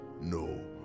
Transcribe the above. no